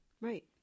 right